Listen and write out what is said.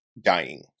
dying